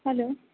hello